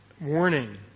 warning